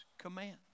commands